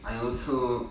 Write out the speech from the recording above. I also